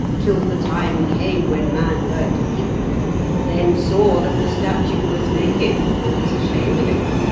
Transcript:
till the time came when man learnt evil then saw that the statue was naked, and was ashamed of it.